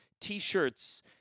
T-shirts